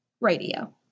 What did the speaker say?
radio